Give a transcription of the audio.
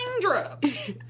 drugs